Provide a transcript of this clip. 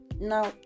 Now